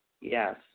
Yes